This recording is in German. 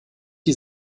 die